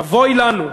אבוי לנו,